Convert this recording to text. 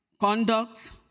conduct